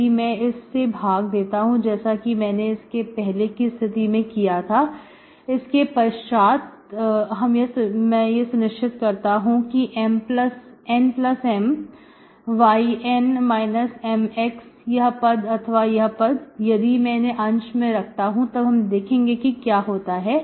यदि मैं इस से भाग देता हूं जैसा कि मैंने इसके पहले की स्थिति में किया था इसके पश्चात समय यह सुनिश्चित करता हूं की NM yN Mx यह पद अथवा यह पद यदि मैं इन्हें अंश में रखता हूं तब हम देखेंगे कि क्या होता है